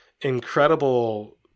incredible